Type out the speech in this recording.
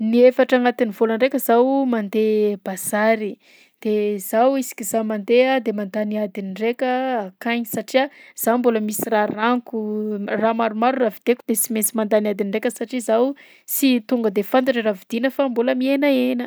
Niefatra agnatin'ny vôlan-draika zaho mandeha bazary, de zaho isaka zaho mandeha de mandany adiny raika akagny satria zaho mbola misy raha raniko, raha maromaro raha vidiko de sy mainsy mandany adiny raika satria zaho sy tonga de fantatra raha vidiana fa mbola mihenahena.